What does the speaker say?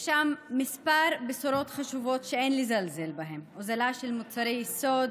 יש שם כמה בשורות חשובות שאין לזלזל בהן: הוזלה של מוצרי יסוד,